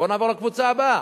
בוא נעבור לקבוצה הבאה,